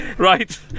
Right